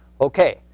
Okay